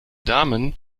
damen